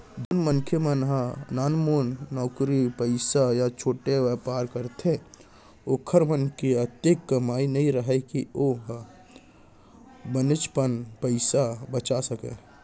जेन मनखे मन ह नानमुन नउकरी पइसा या छोटे बयपार करथे ओखर मन के अतेक कमई नइ राहय के ओ ह बनेचपन पइसा बचा सकय